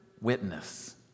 witness